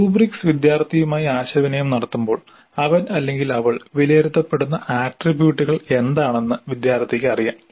rubrics വിദ്യാർത്ഥിയുമായി ആശയവിനിമയം നടത്തുമ്പോൾ അവൻ അല്ലെങ്കിൽ അവൾ വിലയിരുത്തപ്പെടുന്ന ആട്രിബ്യൂട്ടുകൾ എന്താണെന്ന് വിദ്യാർത്ഥിക്ക് അറിയാം